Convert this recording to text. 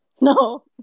no